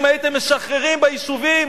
אם הייתם משחררים ביישובים,